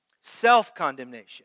Self-condemnation